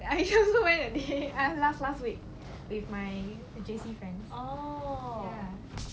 I just went that day ah last last week with my J_C friend